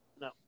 No